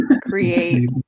create